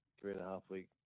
three-and-a-half-week